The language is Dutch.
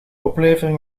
oplevering